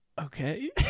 okay